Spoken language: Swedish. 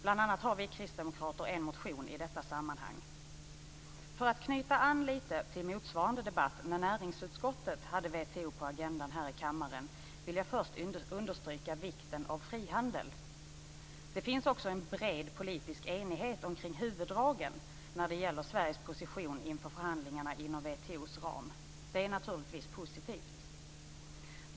Bl.a. har vi kristdemokrater en motion i detta sammanhang. För att knyta an lite till motsvarande debatt när näringsutskottet hade WTO på agendan här i kammaren vill jag först understryka vikten av frihandel. Det finns också en bred politisk enighet omkring huvuddragen när det gäller Sveriges position inför förhandlingarna inom WTO:s ram. Det är naturligtvis positivt.